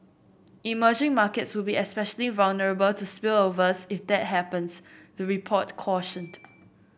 emerging markets would be especially vulnerable to spillovers if that happens the report cautioned